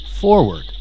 forward